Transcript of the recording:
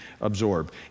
absorb